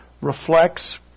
reflects